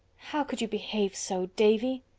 how could you behave so, davy?